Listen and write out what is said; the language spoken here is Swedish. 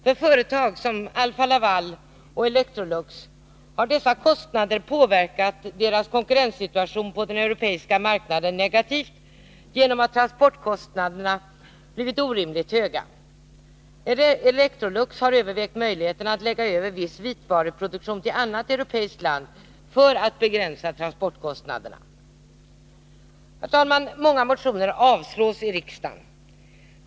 För företag som Alfa-Laval och Electrolux har konkurrenssituationen på den europeiska marknaden påverkats negativt genom att transportkostnaderna blivit orimligt höga. Electrolux har övervägt möjligheterna att lägga över viss vitvaruproduktion till annat europeiskt land för att begränsa transportkostnaderna. Herr talman! Många motioner avslås i riksdagen.